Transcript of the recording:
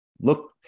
look